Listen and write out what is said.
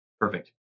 Perfect